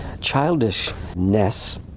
Childishness